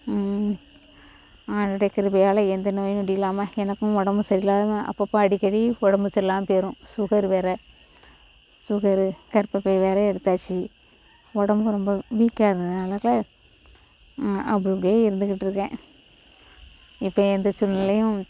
ஆண்டவருடைய கிருபையால் எந்த நோய் நொடி இல்லாமல் எனக்கும் உடம்பு சரியில்லாமல் அப்போ அப்போ அடிக்கடி உடம்பு சரியில்லாமல் போய்விடும் சுகர் வேறு சுகர் கர்ப்பப்பை வேறு எடுத்தாச்சு உடம்பும் ரொம்ப வீக்காக இருந்ததுனால் அப்படி அப்படியே இருந்துகிட்டு இருக்கேன் இப்போ எந்த சூழ்நிலையும்